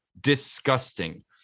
disgusting